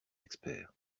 experts